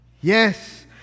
Yes